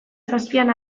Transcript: zazpian